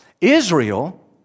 Israel